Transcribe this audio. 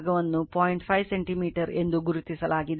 5 centimetre ಎಂದು ಗುರುತಿಸಲಾಗಿದೆ